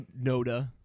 Noda